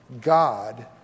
God